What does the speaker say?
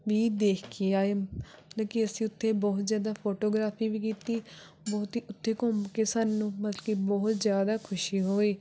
ਵੀ ਦੇਖ ਕੇ ਆਏ ਮਤਲਬ ਕਿ ਅਸੀਂ ਉੱਥੇ ਬਹੁਤ ਜ਼ਿਆਦਾ ਫੋਟੋਗ੍ਰਾਫੀ ਵੀ ਕੀਤੀ ਬਹੁਤ ਹੀ ਉੱਥੇ ਘੁੰਮ ਕੇ ਸਾਨੂੰ ਮਤਲਬ ਕਿ ਬਹੁਤ ਜ਼ਿਆਦਾ ਖੁਸ਼ੀ ਹੋਈ